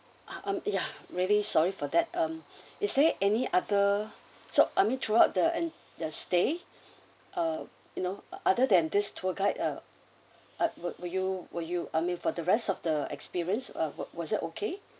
ah um yeah really sorry for that um is there any other so I mean throughout the and the stay uh you know other than this tour guide uh uh were you were you I mean for the rest of the experience uh was was that okay